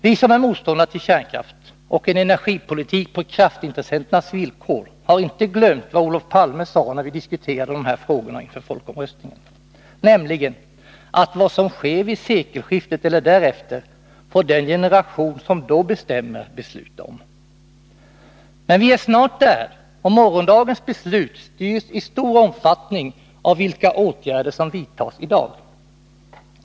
Vi som är motståndare till kärnkraft och en energipolitik på kraftintressenternas villkor har inte glömt vad Olof Palme sade när vi diskuterade de här frågorna inför folkomröstningen, nämligen att vad som sker vid sekelskiftet eller därefter får den generationen som då bestämmer besluta om! Men vi är snart där, och morgondagens beslut styrs i stor omfattning av vilka åtgärder som vidtas i dag.